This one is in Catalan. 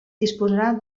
disposarà